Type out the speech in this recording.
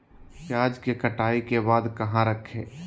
प्याज के कटाई के बाद कहा रखें?